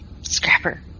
Scrapper